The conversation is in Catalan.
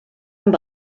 amb